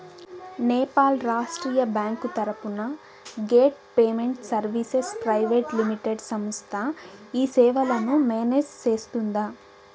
నేపాల్ రాష్ట్రీయ బ్యాంకు తరపున gate payment services private limited సంస్థ ఈ సేవలను మేనేజ్ సేస్తుందా?